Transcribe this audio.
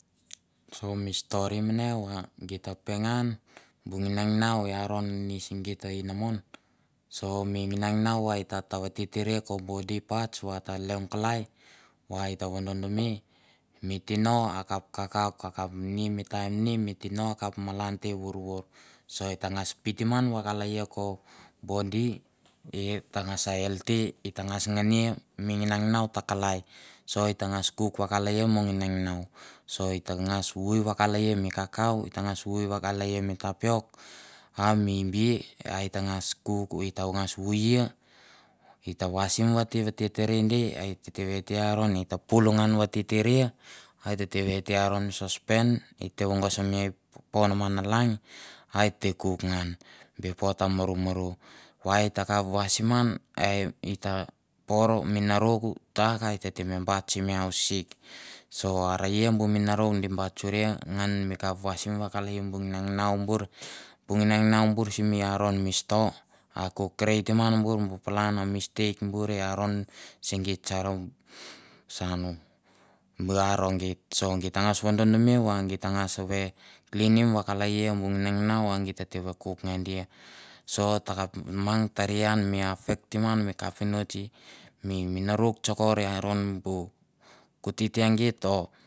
So mi stori mane va gi ta pengan, bu nginanginau i aron ini si git inamon. So mi nginanginau va et ta tav vititiria ko bodi parts va ta leong kalai va eta vadodoname mi tino akap malan te vorvor. So e tangas pitim ngan vakaleia ko bodi e tangas healthy, i tangas ngania mi nginanginau ta kalai. So i tangas kuk vakalaia mo nginanginau. So i tangas waei vakalaia mi kaukau, i tangas waei vakalaia mi tapiok a mi bia a i tangas kuk i tangas wia, i ta wasim vativatititiria di a it te vate i aron a et ta pul ngan vatitiria, a e tete vate i aron mi sospen, it te vogosme i popon men lang a et te kuk ngan, before ta murumuru. Va e ta kap wasim ngan e i ta por menaroko tsak a e tete me bat simi ausik. So are ia bu menarok di bat suria ngan mi kap wasim vakalaia bu nginanginau bur, bu nginanginau bur simi aron bur store a ko creatim ngan bur bu palan mistake bur i aron se geit sar saun bu aro geit. So git tangas vodondome va geit tangas ve cleanim vakalaia bu nginanginau va git tete ve kuk nge dia. So takap mang taria an mi affectim ngan mi kapinots i mi menarok tsokor i aron bu kutita geit o